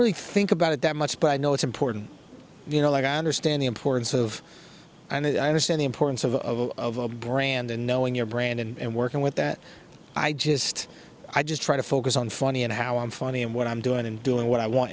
really think about it that much but i know it's important you know like i understand the importance of and i understand the importance of a brand and knowing your brand and working with that i just i just try to focus on funny and how i'm funny and what i'm doing and doing what i want